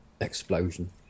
explosion